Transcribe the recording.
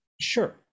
Sure